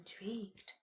intrigued